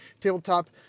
tabletop